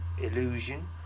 Illusion